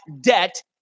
debt